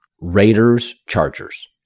Raiders-Chargers